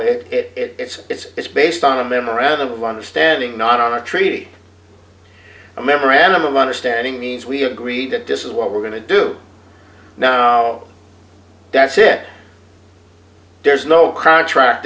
it it it's it's it's based on a memorandum of understanding not on a treaty a memorandum of understanding means we agreed that this is what we're going to do now that's it there's no contract